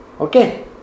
Okay